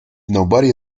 nobody